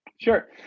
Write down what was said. Sure